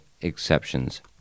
exceptions